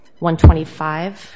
125